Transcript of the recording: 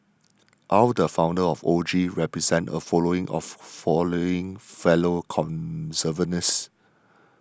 aw the founder of O G represented a following of following fellow conservationists